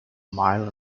mile